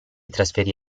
trasferì